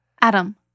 Adam